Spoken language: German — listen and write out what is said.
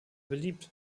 beliebt